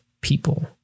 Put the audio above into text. people